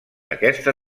aquesta